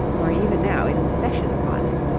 were even now in session upon it.